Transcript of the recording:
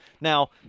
Now